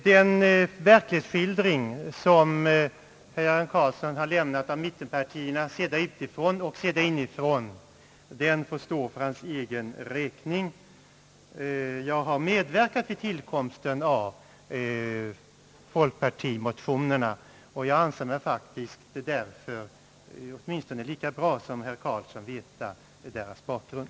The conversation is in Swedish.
Den verklighetsskildring som herr Göran Karlsson lämnat av mittenpartierna, sedda utifrån och sedda inifrån, får stå för hans egen räkning. Jag har medverkat vid tillkomsten av folkpartimotionerna. Jag anser mig faktiskt därför, åtminstone lika bra som herr Karlsson, känna till deras bakgrund.